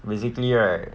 basically right